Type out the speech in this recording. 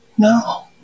No